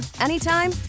anytime